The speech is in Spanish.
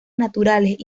naturales